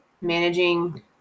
managing